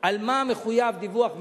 על מה מחויב דיווח מקוון,